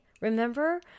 Remember